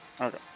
Okay